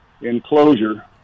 enclosure